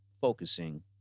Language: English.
focusing